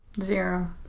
Zero